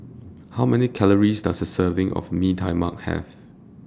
How Many Calories Does A Serving of Mee Tai Mak Have